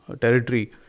territory